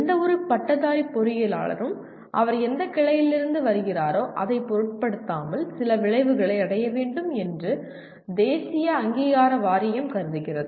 எந்த ஒரு பட்டதாரி பொறியியலாளரும் அவர் எந்தக் கிளையிலிருந்து வருகிறாரோ அதைப் பொருட்படுத்தாமல் சில விளைவுகளை அடைய வேண்டும் என்று தேசிய அங்கீகார வாரியம் கருதுகிறது